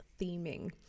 theming